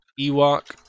Ewok